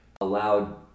allowed